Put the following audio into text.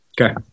Okay